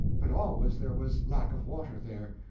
but always there was lack of water there.